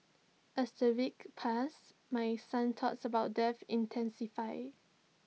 as the weeks passed my son's thoughts about death intensified